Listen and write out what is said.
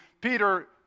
Peter